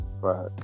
Right